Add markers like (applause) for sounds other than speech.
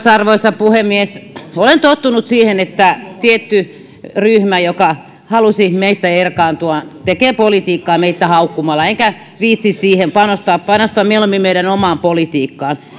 (unintelligible) arvoisa puhemies olen tottunut siihen että tietty ryhmä joka halusi meistä erkaantua tekee politiikkaa meitä haukkumalla enkä viitsi siihen panostaa panostan mieluummin meidän omaan politiikkaamme